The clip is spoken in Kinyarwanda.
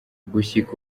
gushika